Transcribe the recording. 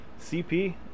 CP